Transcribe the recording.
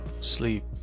sleep